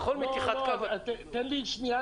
בכל מתיחת קו --- אבל תן לי שנייה,